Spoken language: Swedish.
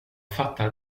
fattar